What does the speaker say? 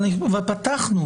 ופתחנו,